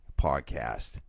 podcast